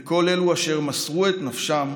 לכל אלו אשר מסרו את נפשם